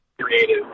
creative